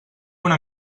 una